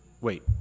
wait